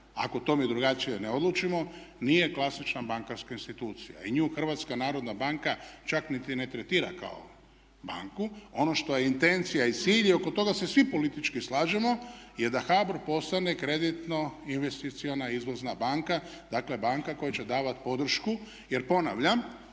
ako tome drugačije ne odlučimo nije klasična bankarska institucija i nju Hrvatska narodna banka ček niti ne tretira kao banku. Ono što je intencija i cilj i oko toga se svi politički slažemo je da HBOR postane kreditno investicijska izvozna banka, dakle banka koja će davati podršku. Jer ponavljam,